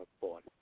born